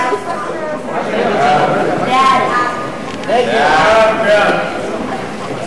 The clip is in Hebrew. ההסתייגות של חבר הכנסת נסים זאב לסעיף 45 נתקבלה.